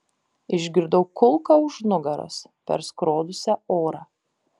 išgirdau kulką už nugaros perskrodusią orą